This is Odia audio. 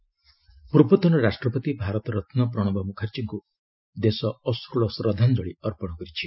ପ୍ରଣବ ମୁଖାର୍ଜୀ ପୂର୍ବତନ ରାଷ୍ଟ୍ରପତି ଭାରତରତ୍ନ ପ୍ରଣବ ମୁଖାର୍ଜୀଙ୍କୁ ଦେଶ ଅଶ୍ରୁଳ ଶ୍ରଦ୍ଧାଞ୍ଜଳୀ ଅର୍ପଣ କରିଛି